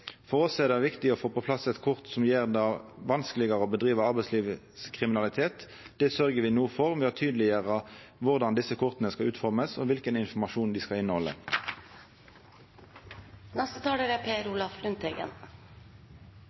For oss er det viktig å få på plass kort som gjer det vanskelegare å driva med arbeidslivskriminalitet. Det sørgjer me no for ved å tydeleggjera korleis desse korta skal utformast, og kva informasjon dei skal innehalde. Årsaken til at Senterpartiet har lagt fram dette forslaget, er